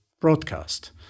broadcast